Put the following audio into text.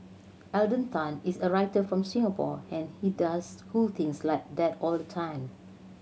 Alden Tan is a writer from Singapore and he does cool things like that all the time